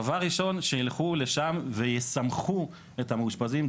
דבר ראשון שילכו לשם וישמחו את המאושפזים,